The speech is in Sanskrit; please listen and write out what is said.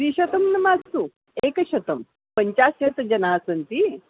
द्विशतं न मास्तु एकशतं पञ्चाशत् जनाः सन्ति